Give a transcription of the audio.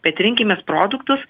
bet rinkimės produktus